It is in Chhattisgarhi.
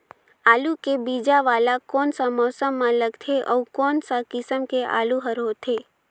आलू के बीजा वाला कोन सा मौसम म लगथे अउ कोन सा किसम के आलू हर होथे?